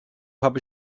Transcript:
habe